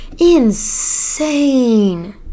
insane